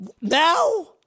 Now